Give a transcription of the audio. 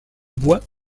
bois